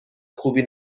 خوبی